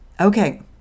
Okay